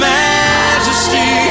majesty